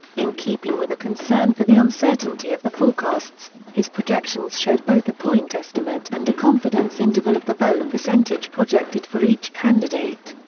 in keeping with a concern for the uncertainty of the forecasts, his projections showed both a point estimate and a confidence interval of the vote percentage projected for each candidate.